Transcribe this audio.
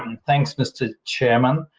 and thanks, mr chair. um um